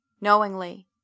knowingly